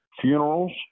funerals